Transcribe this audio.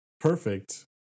perfect